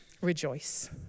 rejoice